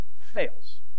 fails